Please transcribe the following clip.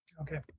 Okay